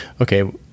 okay